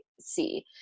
see